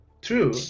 True